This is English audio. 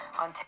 on